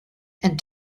and